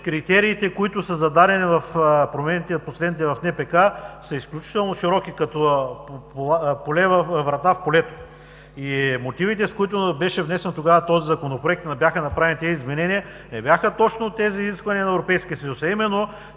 критериите, които са зададени в последните промени в НПК, са изключително широки, като врата в полето. Мотивите, с които беше внесен тогава Законопроектът да бъдат направени тези изменения, не бяха точно от изискванията на Европейския